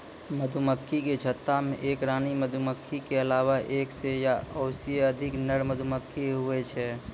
मधुमक्खी के छत्ता मे एक रानी मधुमक्खी के अलावा एक सै या ओहिसे अधिक नर मधुमक्खी हुवै छै